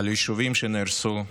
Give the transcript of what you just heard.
על היישובים שנהרסו,